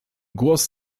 głos